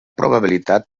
probabilitat